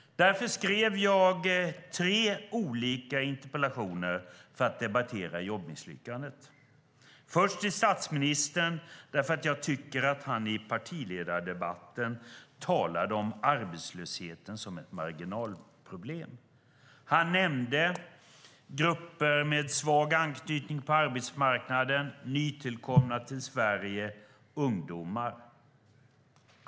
Därför skrev jag tre olika interpellationer för att debattera jobbmisslyckandet. Den första gick till statsministern, därför att jag tycker att han i partiledardebatten talade om arbetslösheten som ett marginalproblem. Han nämnde grupper med svag anknytning till arbetsmarknaden, som nykomna till Sverige och ungdomar.